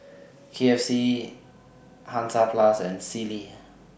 K F C Hansaplast and Sealy